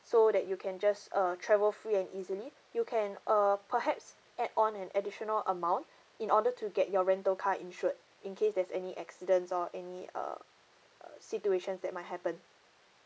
so that you can just uh travel free and easily you can uh perhaps add on an additional amount in order to get your rental car insured in case there's any accidents or any uh uh situations that might happen